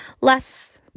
less